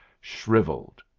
shrivelled,